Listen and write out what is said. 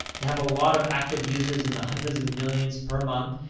they have a lot of active users in the hundreds of millions per month.